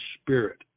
Spirit